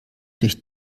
durch